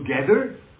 together